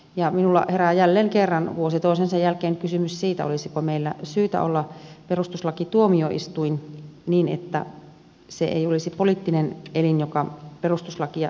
ja minulla herää jälleen kerran kuten vuosi toisensa jälkeen kysymys siitä olisiko meillä syytä olla perustuslakituomioistuin niin että se ei olisi poliittinen elin joka perustuslakia tulkitsee